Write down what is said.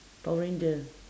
power ranger